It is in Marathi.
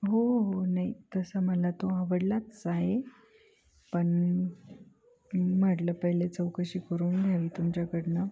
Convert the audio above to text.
हो हो नाही तसा मला तो आवडलाच आहे पण म्हटलं पहिले चौकशी करून घ्यावी तुमच्याकडनं